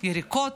יריקות,